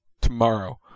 tomorrow